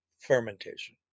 fermentation